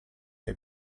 che